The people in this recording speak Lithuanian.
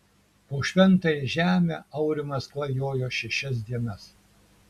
po šventąją žemę aurimas klajojo šešias dienas